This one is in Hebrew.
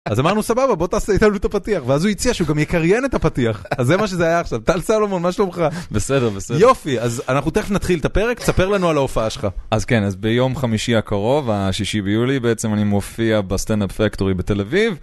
אז אמרנו סבבה בוא תעשה איתנו את הפתיח ואז הוא הציע שהוא גם יקריין את הפתיח אז זה מה שזה היה עכשיו טל סלומון מה שלומך? יופי! אז אנחנו תכף נתחיל את הפרק תספר לנו על ההופעה שלך. אז כן אז ביום חמישי הקרוב השישי ביולי בעצם אני מופיע בסטנדאפ פקטורי בתל אביב.